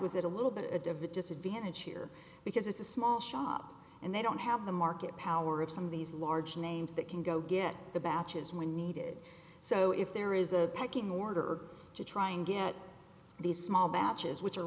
was it a little bit of a disadvantage here because it's a small shop and they don't have the market power of some of these large names that can go get the batches when needed so if there is a pecking order to try and get these small batches which are